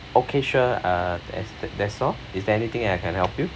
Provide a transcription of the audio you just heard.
okay sure uh that's that's all is there anything I can help you